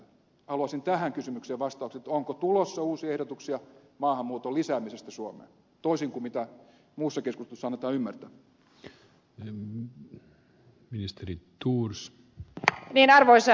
haluaisin tähän kysymykseen vastaukset onko tulossa uusia ehdotuksia maahanmuuton lisäämisestä suomeen toisin kuin mitä muussa keskustelussa annetaan ymmärtää